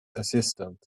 assistant